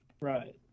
Right